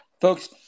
Folks